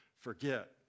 forget